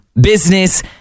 business